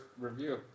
review